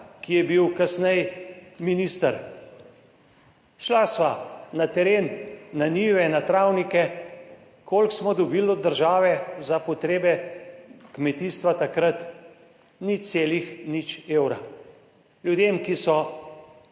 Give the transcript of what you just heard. ki je bil kasneje minister. Šla sva na teren, na njive, na travnike. Koliko smo takrat dobili od države za potrebe kmetijstva? 0,0 evra. Ljudem, ki so